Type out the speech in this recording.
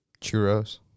Churros